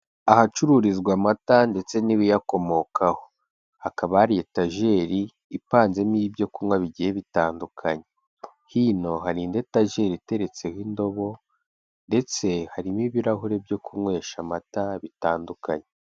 Ahacururizwa amata ndetse n'ibiyakomokaho, hakaba hari etajeri ipanzemo ibyo kunywa bigiye bitandukanye, hino hari indi etajieri iteretseho indobo ndetse harimo ibirahure byo kunywesha amata bitandukanye.